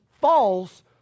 false